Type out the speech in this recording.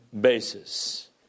basis